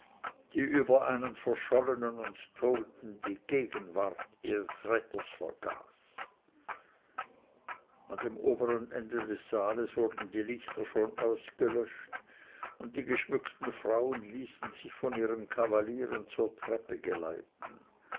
die über einen verschollenen und toten die gegenwart ihres retters vergaß an dem obern ende des saales wurden die lichter schon ausgelöscht und die geschmückten frauen ließen sich von ihren kavalieren zur treppe geleiten